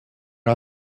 not